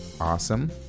awesome